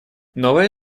новая